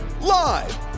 Live